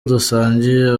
dusangiye